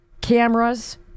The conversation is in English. cameras